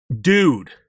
dude